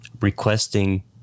requesting